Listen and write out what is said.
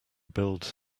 build